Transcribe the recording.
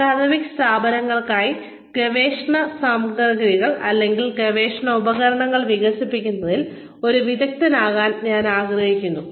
academic സ്ഥാപനങ്ങൾക്കായി ഗവേഷണ സാമഗ്രികൾ അല്ലെങ്കിൽ ഗവേഷണ ഉപകരണങ്ങൾ വികസിപ്പിക്കുന്നതിൽ ഒരു വിദഗ്ദ്ധനാകാൻ ഞാൻ ആഗ്രഹിക്കുന്നു